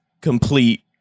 complete